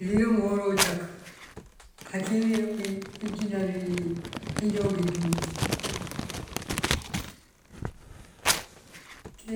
Iliroŋ uhora uncak ací iliroŋ mee iyi injínal yí injoonk ijur. Ţí